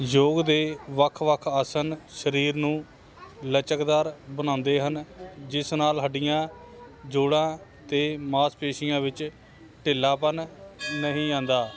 ਯੋਗ ਦੇ ਵੱਖ ਵੱਖ ਆਸਨ ਸਰੀਰ ਨੂੰ ਲਚਕਦਾਰ ਬਣਾਉਂਦੇ ਹਨ ਜਿਸ ਨਾਲ ਹੱਡੀਆਂ ਜੋੜਾਂ ਅਤੇ ਮਾਸਪੇਸ਼ੀਆਂ ਵਿੱਚ ਢਿੱਲਾਪਣ ਨਹੀਂ ਆਉਂਦਾ